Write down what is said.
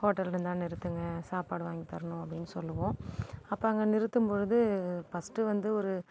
ஹோட்டல்ருந்தான் நிறுத்துங்க சாப்பாடு வாங்கி தரணும் அப்படின்னு சொல்லுவோம் அப்போ அங்கே நிறுத்தும்பொழுது ஃபர்ஸ்ட்டு வந்து ஒரு